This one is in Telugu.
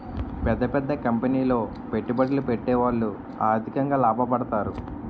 పెద్ద పెద్ద కంపెనీలో పెట్టుబడులు పెట్టేవాళ్లు ఆర్థికంగా లాభపడతారు